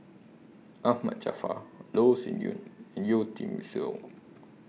Ahmad Jaafar Loh Sin Yun and Yeo Tiam Siew